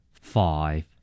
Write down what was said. Five